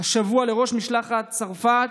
השבוע לראש משלחת צרפת,